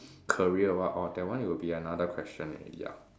career or what orh that one will be another question already ah